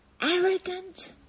arrogant